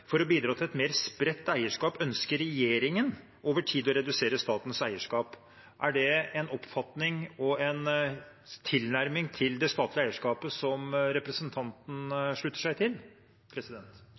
å bidra til et mer spredt eierskap ønsker regjeringen over tid å redusere statens eierskap» – er det en oppfatning og en tilnærming til det statlige eierskapet som representanten